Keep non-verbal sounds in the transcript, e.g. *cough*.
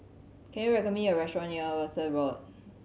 can you *unintelligible* me a restaurant near Rosyth Road